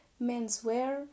menswear